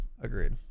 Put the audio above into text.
agreed